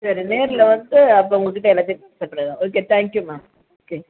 சரி நேரில் வந்து அப்போ உங்கள்கிட்ட எல்லாத்தையும் okay thank you ma'am okay